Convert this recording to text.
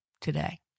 today